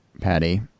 Patty